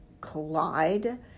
collide